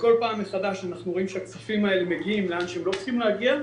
וכל פעם מחדש אנחנו רואים שהכספים האלה מגיעים לאן שהם לא צריכים להגיע.